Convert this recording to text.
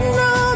no